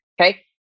okay